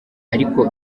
ariko